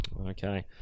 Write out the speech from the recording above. Okay